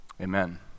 Amen